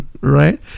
right